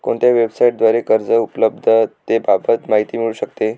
कोणत्या वेबसाईटद्वारे कर्ज उपलब्धतेबाबत माहिती मिळू शकते?